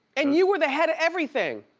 and you were the head of everything.